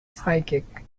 psychic